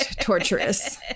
torturous